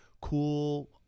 Cool